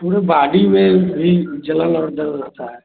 पूरी बाडी में भी जलन और दर्द रहता है